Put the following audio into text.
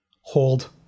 hold